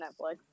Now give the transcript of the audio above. Netflix